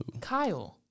kyle